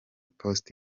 post